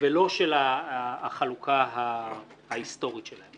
ולא של החלוקה ההיסטורית שלהם.